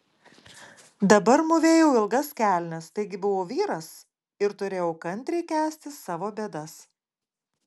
dabar mūvėjau ilgas kelnes taigi buvau vyras ir turėjau kantriai kęsti savo bėdas